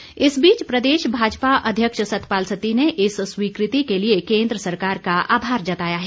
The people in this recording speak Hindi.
सत्ती इस बीच प्रदेश भाजपा अध्यक्ष सतपाल सत्ती ने इस स्वीकृति के लिए केन्द्र सरकार का आभार जताया है